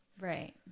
Right